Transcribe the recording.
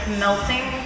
melting